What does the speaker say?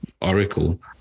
oracle